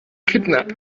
kidnap